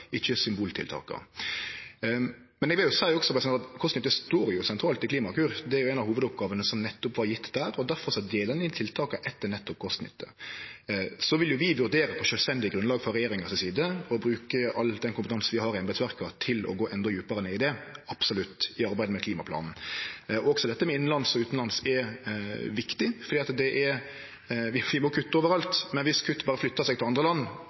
ikkje symboltiltaka. Men eg vil også seie at kost–nytte står sentralt i Klimakur, det er ei av hovudoppgåvene som nettopp vart gjeven der. Difor deler ein inn tiltaka etter nettopp kost– nytte. Så vil vi vurdere på sjølvstendig grunnlag frå regjeringa si side å bruke all den kompetansen vi har i embetsverket til å gå endå djupare ned i det – absolutt – i arbeidet med klimaplanen. Også dette med innanlands og utanlands er viktig, for vi må kutte over alt, men dersom kutt berre flyttar seg til andre land